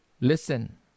Listen